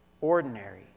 ordinary